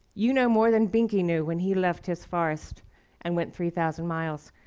you know more than benki knew when he left his forest and went three thousand miles.